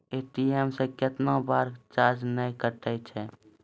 ATM से कैतना बार चार्ज नैय कटै छै?